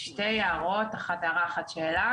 הערה, אחת שאלה.